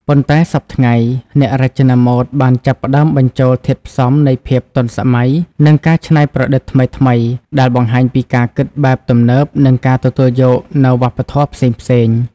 ប៉ុន្តែសព្វថ្ងៃ អ្នករចនាម៉ូដបានចាប់ផ្តើមបញ្ចូលធាតុផ្សំនៃភាពទាន់សម័យ និងការច្នៃប្រឌិតថ្មីៗ ដែលបង្ហាញពីការគិតបែបទំនើបនិងការទទួលយកនូវវប្បធម៌ផ្សេងៗ។